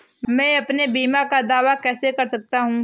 मैं अपने बीमा का दावा कैसे कर सकता हूँ?